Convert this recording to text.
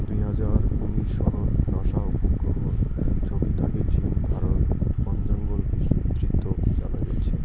দুই হাজার উনিশ সনত নাসা উপগ্রহর ছবি থাকি চীন, ভারত বনজঙ্গল বিদ্ধিত জানা গেইছে